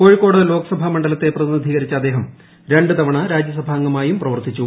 കോഴിക്കോട് ലോക്സഭാ മണ്ഡലത്തെ പ്രതിനിധീകരിച്ച അദ്ദേഹം രണ്ട് തവണ രാജ്യസഭാഅംഗമായും പ്രവർത്തിച്ചു